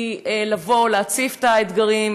הוא לבוא ולהציף את האתגרים,